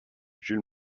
jules